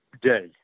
day